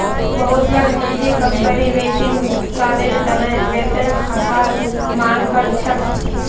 बहुतला निजी कंपनी वेतन भुगतानेर त न वेतन खातार मांग कर छेक